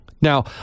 Now